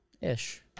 Ish